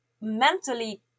mentally